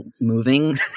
moving